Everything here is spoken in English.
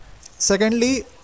secondly